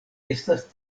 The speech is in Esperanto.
estas